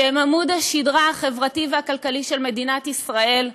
שהן עמוד השדרה החברתי והכלכלי של מדינת ישראל,